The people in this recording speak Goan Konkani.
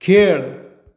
खेळ